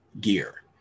gear